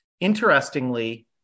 Interestingly